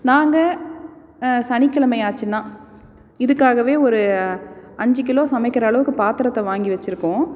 நாங்கள் சனிக்கிழமை ஆச்சுன்னா இதுக்காகவே ஒரு அஞ்சுக் கிலோ சமைக்கிற அளவுக்கு பாத்திரத்த வாங்கி வச்சுருக்கோம்